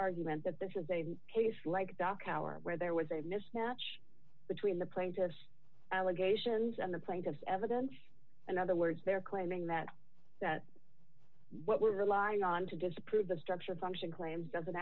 argument that this is a case like dock our where there was a mismatch between the plaintiff's allegations and the plaintiff's evidence in other words they're claiming that that what we're relying on to disprove the structure function claims doesn't